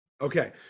Okay